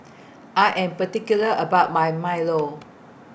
I Am particular about My Milo